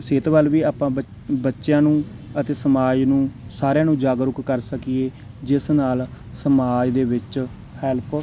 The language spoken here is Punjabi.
ਸਿਹਤ ਵੱਲ ਵੀ ਆਪਾਂ ਬੱ ਬੱਚਿਆਂ ਨੂੰ ਅਤੇ ਸਮਾਜ ਨੂੰ ਸਾਰਿਆਂ ਨੂੰ ਜਾਗਰੂਕ ਕਰ ਸਕੀਏ ਜਿਸ ਨਾਲ ਸਮਾਜ ਦੇ ਵਿੱਚ ਹੈਲਪ